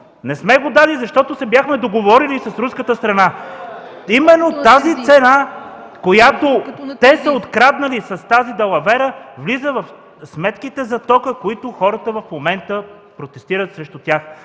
„Не сме го дали, защото се бяхме договорили с руската страна”. (Реплики от КБ.) Именно тази цена, която те са откраднали с тази далавера, влиза в сметките за тока, за които хората в момента протестират.